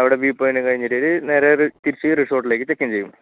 അവിടെ വ്യൂ പോയിൻ്റും കഴിഞ്ഞിട്ട് ഒരു നേരെ ഒരു തിരിച്ച് ഈ റിസോർട്ടിലേക്ക് ചെക്കിൻ ചെയ്യും